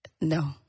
No